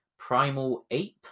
PRIMALAPE